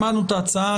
שמענו את ההצעה.